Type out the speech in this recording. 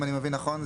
אם אני מבין נכון,